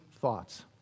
thoughts